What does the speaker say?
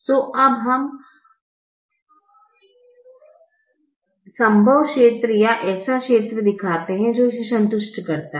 सो हम अब संभव क्षेत्र या ऐसा क्षेत्र दिखाते हैं जो इसे संतुष्ट करता हो